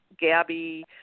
Gabby